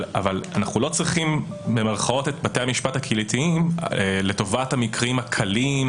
אבל אנחנו לא צריכים את בתי המשפט הקהילתיים לטובת "המקרים הקלים",